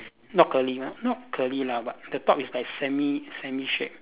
not curly ah not curly lah but the top is like semi semi shape